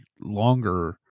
longer